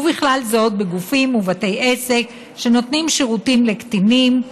ובכלל זאת בגופים ובתי עסק שנותנים שירותים לקטינים,